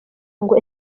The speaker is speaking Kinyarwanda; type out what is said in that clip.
ngo